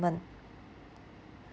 environment